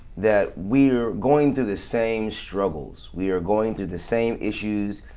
that we're going through the same struggles. we're going through the same issues.